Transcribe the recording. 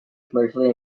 commercially